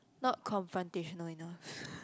not confrontational enough